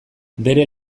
bere